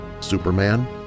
Superman